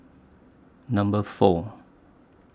Number four